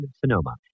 Sonoma